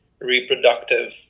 reproductive